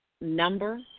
number